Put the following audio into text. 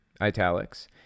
italics